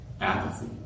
apathy